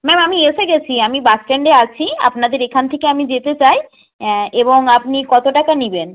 ma'am আমি এসে গেছি আমি বাস স্ট্যান্ডে আছি আপনাদের এখান থেকে আমি যেতে চাই এবং আপনি কত টাকা নেবেন